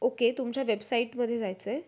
okay तुमच्या वेबसाईटमध्ये जायचं आहे